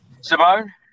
Simone